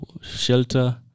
shelter